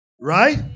Right